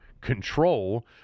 control